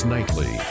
Nightly